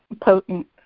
potent